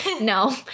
No